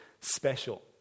special